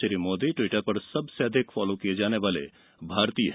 Shri Modi Twitter पर सबसे अधिक फॉलो किए जाने वाले भारतीय हैं